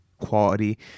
quality